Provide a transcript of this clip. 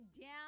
down